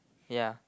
ya